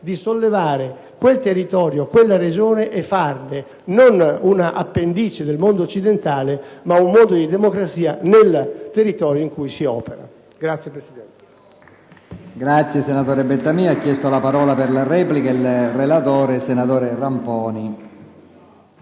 di sollevare quel territorio e quella Regione per farne, non già un'appendice del mondo occidentale, ma uno spazio di democrazia nel territorio in cui si opera. *(Applausi